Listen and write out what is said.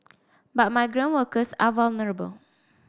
but migrant workers are vulnerable